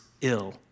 ill